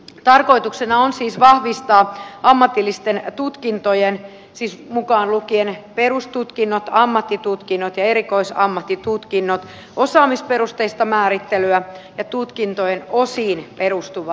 tarkoituksena on siis vahvistaa ammatillisten tutkintojen siis mukaan lukien perustutkinnot ammattitutkinnot ja erikoisammattitutkinnot osaamisperusteista määrittelyä ja tutkintojen osiin perustuvaa rakennetta